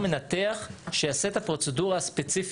הוא בוחר מנתח שיעשה את הפרוצדורה הספציפית.